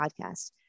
Podcast